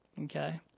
okay